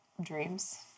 dreams